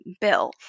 bill